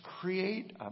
create